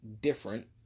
different